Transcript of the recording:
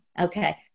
okay